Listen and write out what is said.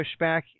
pushback